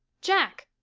jack!